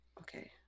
Okay